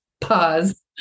Pause